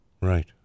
right